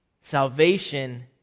Salvation